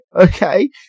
okay